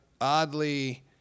oddly